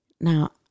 Now